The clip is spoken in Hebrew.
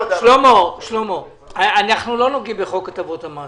שלמה, אנחנו לא נוגעים בחוק הטבות המס,